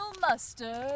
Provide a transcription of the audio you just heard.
Mustard